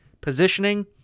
positioning